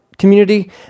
community